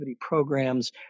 programs